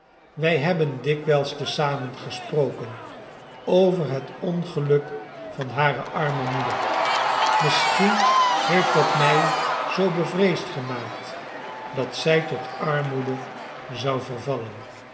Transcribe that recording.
wij hebben dikwijls te zamen gesproken over het ongeluk van hare arme moeder misschien heeft dat mij zoo bevreesd gemaakt dat zij tot armoede zou vervallen